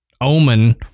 omen